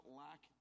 lack